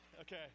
okay